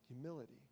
Humility